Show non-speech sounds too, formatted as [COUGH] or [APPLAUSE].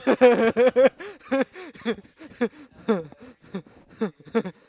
[LAUGHS]